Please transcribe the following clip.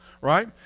right